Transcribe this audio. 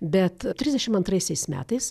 bet trisdešim antraisiais metais